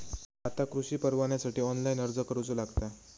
आता कृषीपरवान्यासाठी ऑनलाइन अर्ज करूचो लागता